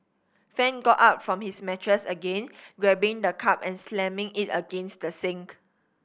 fan got up from his mattress again grabbing the cup and slamming it against the sink